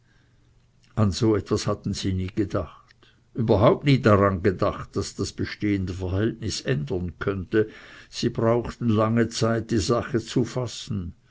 an so etwas hatten sie nie gedacht überhaupt nie daran gedacht daß das bestehende verhältnis ändern könnte sie brauchten lange zeit die sache zu fassen